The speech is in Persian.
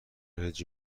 هجی